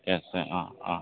তাকে অঁ অঁ